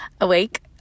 awake